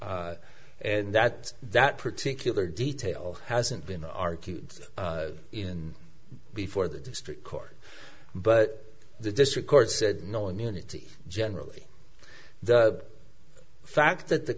and that that particular detail hasn't been argued in before the district court but the district court said no immunity generally the fact that the